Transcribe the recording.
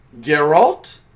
Geralt